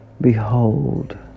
behold